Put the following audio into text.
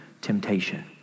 temptation